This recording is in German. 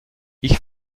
ich